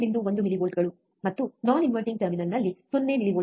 1 ಮಿಲಿವೋಲ್ಟ್ಗಳು ಮತ್ತು non inverting terminal 0 ಮಿಲಿವೋಲ್ಟ್ಗಳು